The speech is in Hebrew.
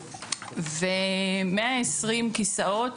ו-120 כסאות